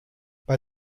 bei